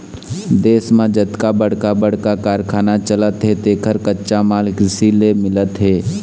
देश म जतका बड़का बड़का कारखाना चलत हे तेखर कच्चा माल कृषि ले मिलत हे